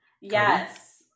yes